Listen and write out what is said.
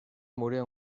murió